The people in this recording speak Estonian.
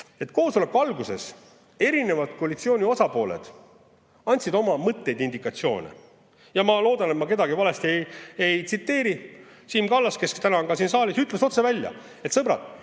koosoleku alguses koalitsiooni eri osapooled andsid oma mõtteid, indikatsioone. Ma loodan, et ma kedagi valesti ei tsiteeri. Siim Kallas, kes täna on ka siin saalis, ütles otse välja, et sõbrad,